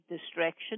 distraction